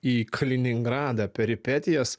į kaliningradą peripetijas